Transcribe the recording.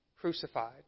Crucified